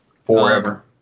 Forever